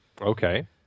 Okay